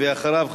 ואחריו,